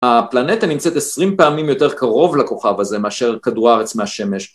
הפלנטה נמצאת עשרים פעמים יותר קרוב לכוכב הזה מאשר כדור הארץ מהשמש.